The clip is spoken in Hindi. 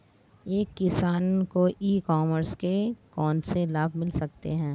एक किसान को ई कॉमर्स के कौनसे लाभ मिल सकते हैं?